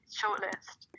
shortlist